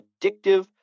addictive